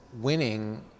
Winning